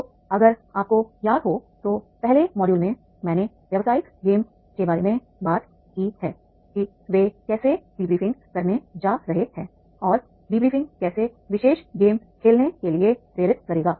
तो अगर आपको याद हो तो पहले मॉड्यूल में मैंने व्यावसायिक गेम के बारे में बात की है कि वे कैसे डिब्रीफिंग करने जा रहे हैं और डीब्रीफिंग कैसे विशेष गेम खेलने के लिए प्रेरित करेगा